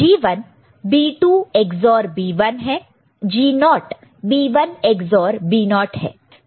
G1 B2 XOR B1 है G0 B1 XOR B0 है